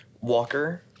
Walker